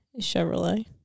Chevrolet